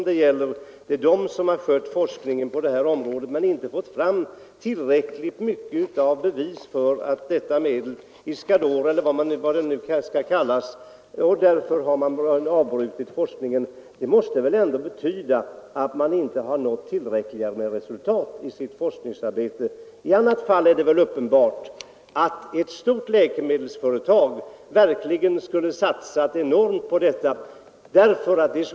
Det är detta företag som har bedrivit forskningen på det här området men inte fått fram tillräckligt mycket bevis på effekten av detta medel, Iscador eller vad det skall kallas, utan har avbrutit forskningen. Det måste väl ändå betyda att man inte nått tillräckligt goda resultat i sitt forskningsarbete? I annat fall är det väl uppenbart att ett sådant läkemedelsföretag verkligen skulle ha satsat enormt på detta.